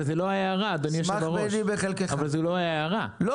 אבל זו לא ההערה, אדוני היושב ראש.